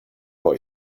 boy